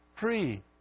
free